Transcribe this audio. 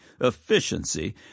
efficiency